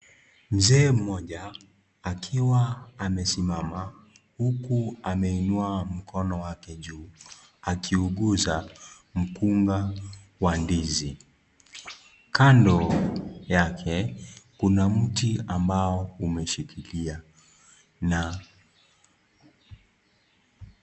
Mzee mmoja akiwa amesimama huku ameinua mkono wake juu akiuguza mkunga wa ndizi. Kando yake kuna mti ambao umeshikilia na ...